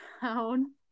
town